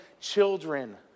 children